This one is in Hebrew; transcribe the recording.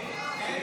כן.